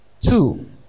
Two